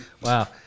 Wow